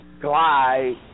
Glide